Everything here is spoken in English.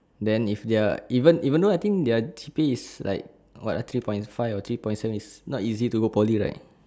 then if their even even though I think their G_P_A is like what uh three point five or three point seven is not easy to go poly right